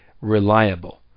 reliable